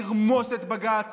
לרמוס את בג"ץ,